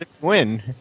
win